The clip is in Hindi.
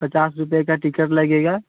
पचास रुपये की टिकट लगेगी